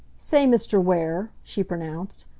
say, mr. ware, she pronounced,